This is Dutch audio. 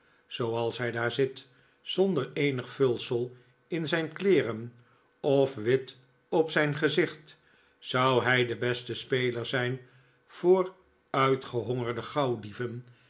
zooal's hij daar zit zonder eenig vulsel in zijn kleeren of wit op zijn gezicht zou hij de beste speler zijn voor